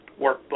workbook